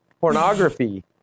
pornography